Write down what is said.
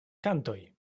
kantoj